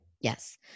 Yes